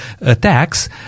attacks